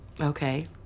Okay